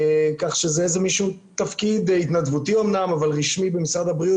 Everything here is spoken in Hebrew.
כך שזה תפקיד התנדבותי אומנם אבל רשמי במשרד הבריאות